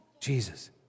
Jesus